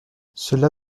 cela